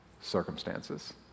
circumstances